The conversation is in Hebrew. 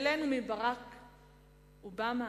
אלינו מברק אובמה?